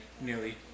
nearly